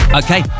okay